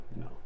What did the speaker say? No